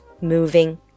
moving